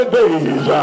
days